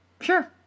Sure